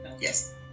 Yes